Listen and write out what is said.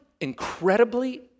incredibly